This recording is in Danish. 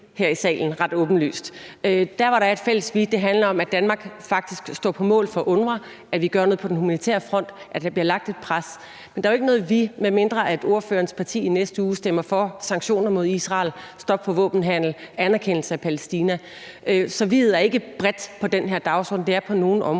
hvilket er ret åbenlyst. Der, hvor der er et fælles vi, er der, hvor det handler om, at Danmark faktisk står på mål UNWRA, i forhold til at vi gør noget på den humanitære front, og at der bliver lagt et pres. Men der er jo ikke noget »vi«, med mindre at ordførerens parti i næste uge stemmer for sanktioner mod Israel, stop for våbenhandel og anerkendelse af Palæstina. Så vi'et ikke bredt på den her dagsorden. Det er på nogle områder.